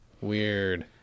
Weird